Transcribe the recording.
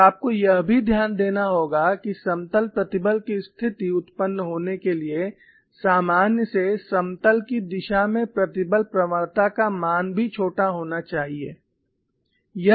और आपको यह भी ध्यान देना होगा कि समतल प्रतिबल की स्थिति उत्पन्न होने के लिए सामान्य से समतल की दिशा में प्रतिबल प्रवणता का मान भी छोटा होना चाहिए